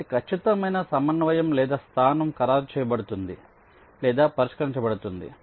వాటి ఖచ్చితమైన సమన్వయం లేదా స్థానం ఖరారు చేయబడుతుంది లేదా పరిష్కరించబడుతుంది